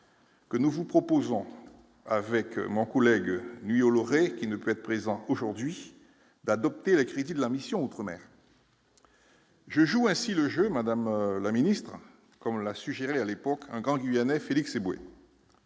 que nous vous proposons avec mon collègue nuit et il ne peut être présent aujourd'hui d'adopter les crédits de la mission outre-mer. Je joue ainsi le jeu, madame la ministre, comme l'a suggéré à l'époque un grand guyanais Félix Eboué.